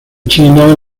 china